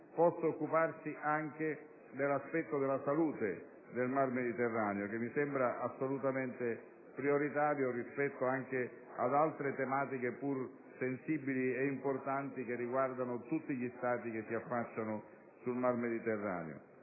possa occuparsi anche dell'aspetto della salute del Mar Mediterraneo, che mi sembra assolutamente prioritario rispetto anche ad altre tematiche pur sensibili e importanti che riguardano tutti i Paesi che vi si affacciano. Il mio